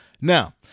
Now